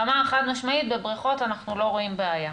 אמר חד משמעית: בבריכות אנחנו לא רואים בעיה.